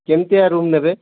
କେମିତିଆ ରୁମ୍ ନେବେ